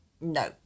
No